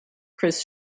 chris